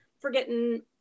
forgetting